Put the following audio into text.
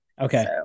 Okay